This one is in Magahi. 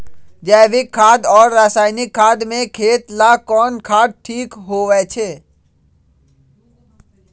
जैविक खाद और रासायनिक खाद में खेत ला कौन खाद ठीक होवैछे?